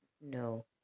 No